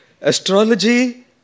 Astrology